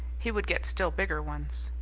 he would get still bigger ones.